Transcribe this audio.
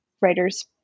writer's